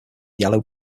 yellow